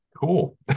cool